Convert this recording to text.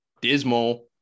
dismal